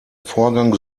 vorgang